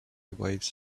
waves